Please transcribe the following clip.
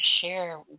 share